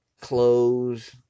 clothes